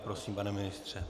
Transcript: Prosím, pane ministře.